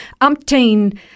umpteen